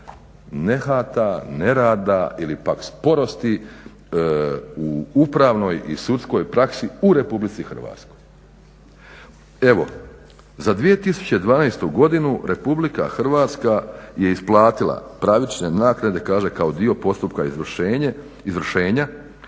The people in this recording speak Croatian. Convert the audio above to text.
nehata, nerada ili pak sporosti u upravnoj i sudskoj praksi u RH. Evo, za 2012.godinu RH je isplatila pravične naknade kaže kao dio postupka izvršenja, 326 tisuća